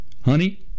honey